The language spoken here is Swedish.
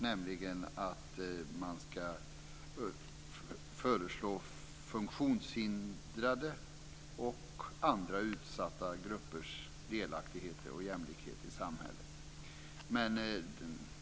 Det står att man ska utreda funktionshindrades och andra utsatta gruppers delaktighet och jämlikhet i samhället.